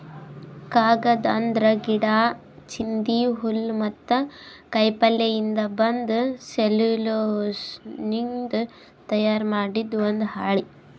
ಕಾಗದ್ ಅಂದ್ರ ಗಿಡಾ, ಚಿಂದಿ, ಹುಲ್ಲ್ ಮತ್ತ್ ಕಾಯಿಪಲ್ಯಯಿಂದ್ ಬಂದ್ ಸೆಲ್ಯುಲೋಸ್ನಿಂದ್ ತಯಾರ್ ಮಾಡಿದ್ ಒಂದ್ ಹಾಳಿ